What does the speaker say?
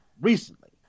recently